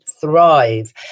thrive